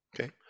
Okay